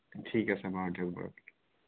ঠিক আছে বাৰু দিয়ক বাৰু